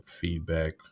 feedback